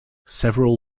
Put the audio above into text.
several